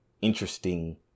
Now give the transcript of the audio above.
interesting